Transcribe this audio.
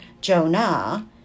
Jonah